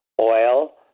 oil